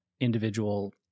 individual